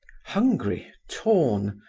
hungry, torn,